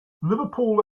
liverpool